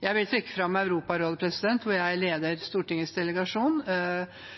Jeg vil trekke fram Europarådet, hvor jeg leder Stortingets delegasjon,